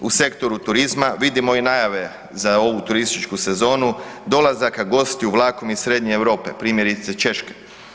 U sektoru turizma vidimo i najave za ovu turističku sezonu, dolazaka gostiju vlakom iz srednje Europe, primjerice Češke.